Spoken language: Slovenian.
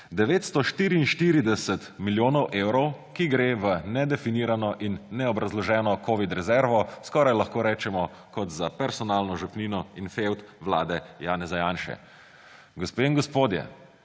944 milijonov evrov, ki gredo v nedefinirano in neobrazloženo covid rezervo, skoraj lahko rečemo kot za personalno žepnino in fevd vlade Janeza Janše. Gospe in gospodje,